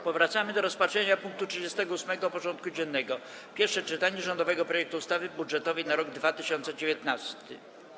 Powracamy do rozpatrzenia punktu 38. porządku dziennego: Pierwsze czytanie rządowego projektu ustawy budżetowej na rok 2019.